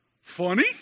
Funny